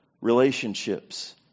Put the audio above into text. relationships